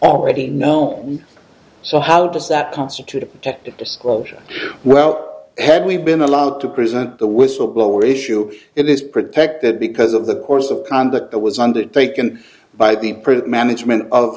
already known so how does that constitute a protected disclosure well had we been allowed to present the whistleblower issue it is protected because of the course of conduct that was undertaken by the print management of